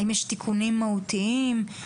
האם יש תיקונים מהותיים?